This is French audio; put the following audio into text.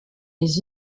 les